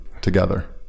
together